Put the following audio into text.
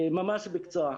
ממש בקצרה.